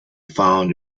found